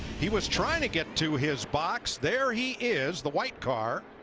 he was trying to get to his box. there he is. the white car.